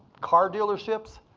car dealerships,